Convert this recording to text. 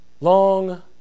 long